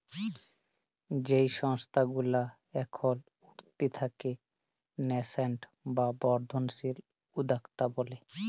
যেই সংস্থা গুলা এখল উঠতি তাকে ন্যাসেন্ট বা বর্ধনশীল উদ্যক্তা ব্যলে